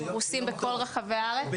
שפרושים בכל רחבי הארץ,